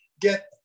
get